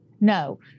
No